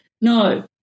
No